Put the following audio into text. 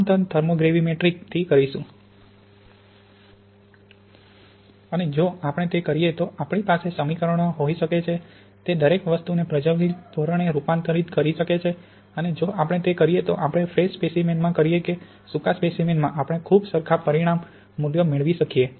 Fresh specimen Per 100g paste m Mxrd Per 100g anhydrous m mXRD 1wc Dried specimen Per 100g paste m mXRD 1H2Obound 1wc Per 100g anhydrous mmXRD 1H2Obound અને જો આપણે તે કરીએ તો આપણી પાસે સમીકરણો હોઈ શકે છે જે દરેક વસ્તુને પ્રજ્વલિત ધોરણે રૂપાંતરિત કરી શકે છે અને જો આપણે તે કરીએ તો આપણે ફ્રેશ સ્પેસીમેનમાં કરીએ કે સૂકા સ્પેસીમેનમાં આપણે ખૂબ સરખા પરિણામ મૂલ્યો મેળવી શકીએ